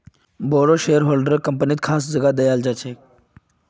बोरो शेयरहोल्डरक कम्पनीत खास जगह दयाल जा छेक